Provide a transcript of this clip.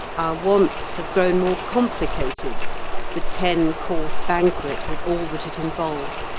wants have grown more complicated the ten-course banquet, with all that it involves,